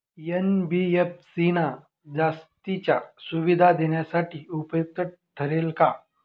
NBFC ना जास्तीच्या सुविधा देण्यासाठी उपयुक्त ठरेल का?